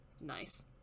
nice